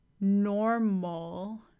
normal